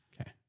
Okay